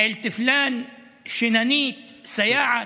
(אומר בערבית: משפחה פלונית,) שיננית, סייעת.